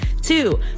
Two